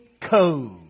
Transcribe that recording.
code